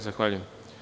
Zahvaljujem.